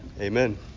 Amen